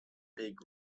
big